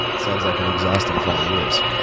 sounds like an exhausting five years.